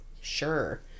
Sure